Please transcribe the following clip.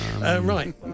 Right